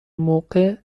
موقع